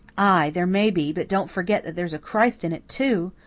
ay, there may be, but don't forget that there's a christ in it, too,